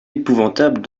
épouvantable